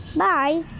bye